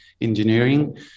engineering